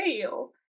fail